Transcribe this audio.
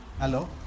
Hello